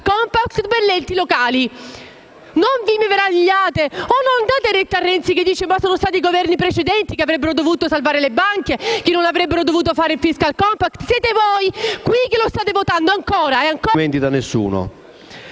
compact* per gli enti locali. Non vi meravigliate o non date retta a Renzi che dice che i Governi precedenti avrebbero dovuto salvare le banche e non avrebbero dovuto adottare il *fiscal compact*. Siete voi, qui, che lo state votando ancora e ancora.